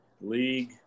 league